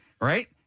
right